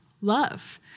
love